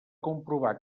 comprovar